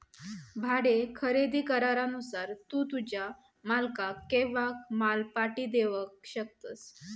भाडे खरेदी करारानुसार तू तुझ्या मालकाक केव्हाय माल पाटी देवक शकतस